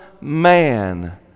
man